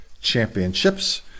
Championships